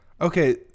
Okay